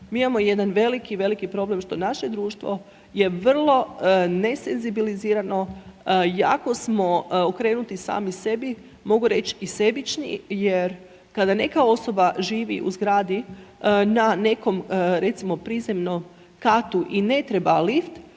mi imamo jedan veliki, veliki problem što naše društvo je vrlo nesenzibilizirano, jako smo okrenuti sami sebi, mogu reći i sebični jer kad neka osoba živi u zgradi na nekom recimo prizemnom katu i ne treba lift